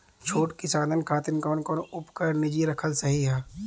छोट किसानन खातिन कवन कवन उपकरण निजी रखल सही ह?